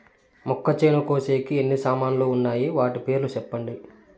మొక్కచేను కోసేకి ఎన్ని సామాన్లు వున్నాయి? వాటి పేర్లు సెప్పండి?